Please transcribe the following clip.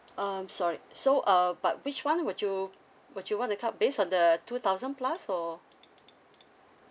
um sorry so uh but which one would you would you want to cu~ based on the two thousand plus or